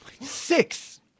Six